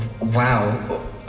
Wow